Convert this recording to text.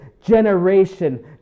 generation